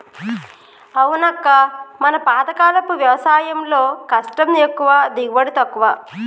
అవునక్క మన పాతకాలపు వ్యవసాయంలో కష్టం ఎక్కువ దిగుబడి తక్కువ